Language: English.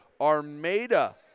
Armada